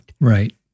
right